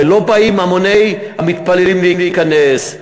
שלא באים המוני המתפללים להיכנס.